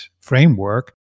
framework